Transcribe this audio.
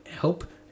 help